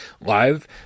live